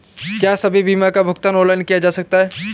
क्या सभी बीमा का भुगतान ऑनलाइन किया जा सकता है?